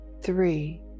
three